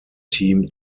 team